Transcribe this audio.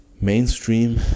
mainstream